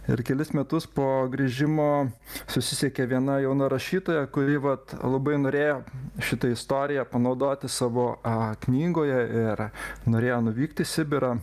ir kelis metus po grįžimo susisiekė viena jauna rašytoja kuri vat labai norėjo šitą istoriją panaudoti savo knygoje ir norėjo nuvykti į sibirą